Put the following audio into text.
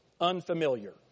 unfamiliar